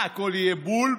לך.